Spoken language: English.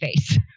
face